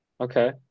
Okay